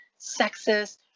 sexist